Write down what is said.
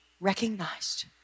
recognized